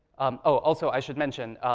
um oh, also, i should mention,